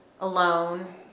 alone